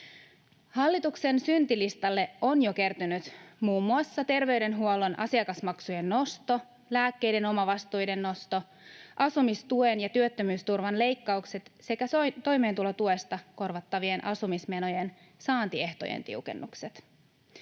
Hallituksen syntilistalle on jo kertynyt muun muassa terveydenhuollon asiakasmaksujen nosto, lääkkeiden omavastuiden nosto, asumistuen ja työttömyysturvan leikkaukset sekä toimeentulotuesta korvattavien asumismenojen saantiehtojen tiukennukset.